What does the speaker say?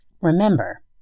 Remember